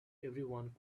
everyone